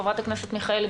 חברת הכנסת מיכאלי,